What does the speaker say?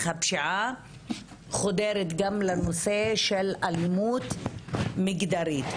הפשיעה חודרת גם לנושא של אלימות מגדרית.